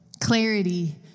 clarity